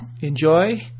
enjoy